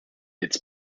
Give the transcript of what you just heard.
its